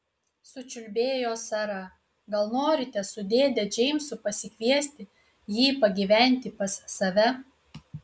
sučiulbėjo sara gal norite su dėde džeimsu pasikviesti jį pagyventi pas save